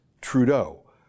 Trudeau